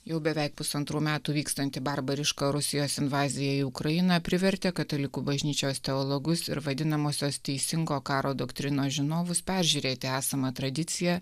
jau beveik pusantrų metų vykstantį barbarišką rusijos invaziją į ukrainą privertė katalikų bažnyčios teologus ir vadinamosios teisingo karo doktrinos žinovus peržiūrėti esamą tradiciją